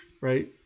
right